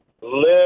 live